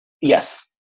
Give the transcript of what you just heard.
Yes